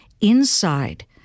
inside